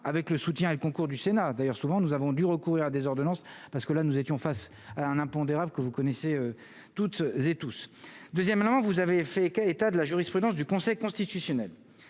avec le soutien et le concours du Sénat d'ailleurs souvent nous avons dû recourir à des ordonnances parce que là, nous étions face à un impondérable que vous connaissez. Toutes et tous, deuxièmement vous avez fait état de la jurisprudence du Conseil constitutionnel,